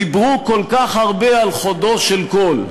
דיברו כל כך הרבה על חודו של קול.